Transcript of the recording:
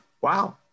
wow